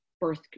birth